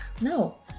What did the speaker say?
No